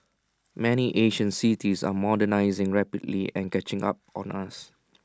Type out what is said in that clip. many Asian cities are modernising rapidly and catching up on us